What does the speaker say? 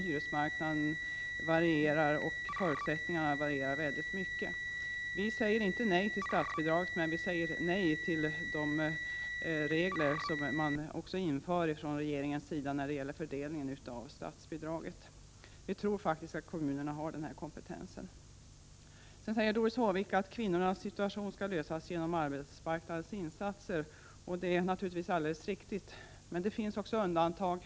Hyresmarknaden varierar, och även andra förutsättningar varierar starkt. Vi säger inte nej till statsbidraget, men vi säger nej till de regler som regeringen också vill införa beträffande fördelningen av statsbidraget. Vitror faktiskt att kommunerna själva har den kompetensen. Doris Håvik säger att kvinnornas situation skall lösas genom arbetsmarknadens insatser. Det är naturligtvis riktigt, men också här finns det undantag.